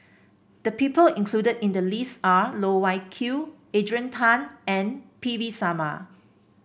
the people included in the list are Loh Wai Kiew Adrian Tan and P V Sharma